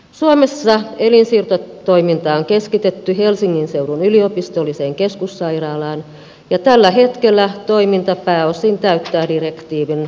suomessa elinsiirtotoiminta on keskitetty helsingin seudun yliopistolliseen keskussairaalaan ja tällä hetkellä toiminta pääosin täyttää direktiiviin pohjautuvat vaatimukset